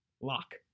Lock